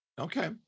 Okay